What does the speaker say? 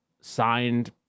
signed